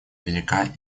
велика